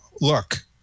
look